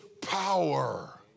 power